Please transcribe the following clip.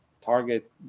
target